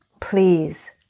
please